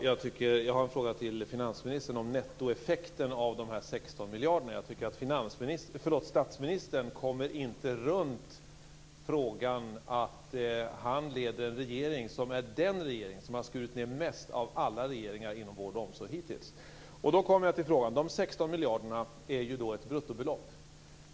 Fru talman! Jag har en fråga till finansministern om nettoeffekten av dessa 16 miljarder. Finansministern, förlåt statsministern, kommer inte runt frågan att han leder den regering som hittills har skurit ned mest av alla regeringar inom vård och omsorg. De 16 miljarderna är ju ett bruttobelopp.